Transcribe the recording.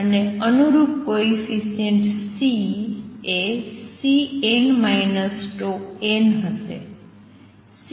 અને અનુરૂપ coefficient C એ Cn τn હશે